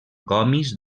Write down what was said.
gomis